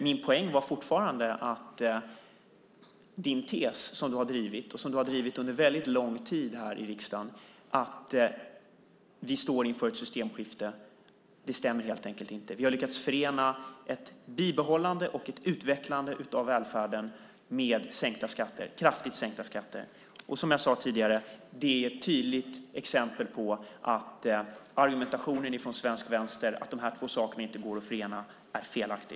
Min poäng var fortfarande att hennes tes som hon har drivit under väldigt lång tid här i riksdagen, att vi står inför ett systemskifte, inte stämmer. Vi har lyckats förena ett bibehållande och ett utvecklande av välfärden med kraftigt sänkta skatter. Det är, som jag sade tidigare, ett tydligt exempel på att argumentationen från svensk vänster, att de här två sakerna inte går att förena, är felaktig.